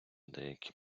деякі